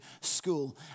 school